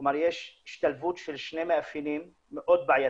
כלומר יש השתלבות של שני מאפיינים מאוד בעייתיים,